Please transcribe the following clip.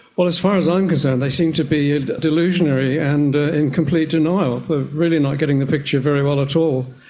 well, as far as i'm concerned they seem to be delusionary and in complete denial, ah really not getting the picture very well at all.